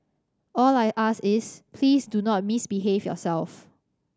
all I ask is please do not misbehave yourself